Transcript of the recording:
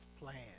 plan